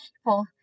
people